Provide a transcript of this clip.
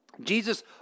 Jesus